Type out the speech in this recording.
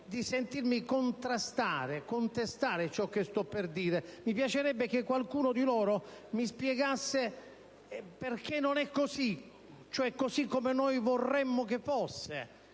di sentirmi contrastare e di veder contestare ciò che sto per dire. Mi piacerebbe che qualcuno di loro mi spiegasse perché non è così come noi vorremmo che fosse